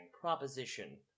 proposition